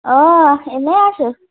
অঁ এনেই আছোঁ